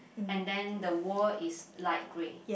and then the wall is light grey